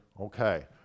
Okay